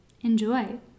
enjoy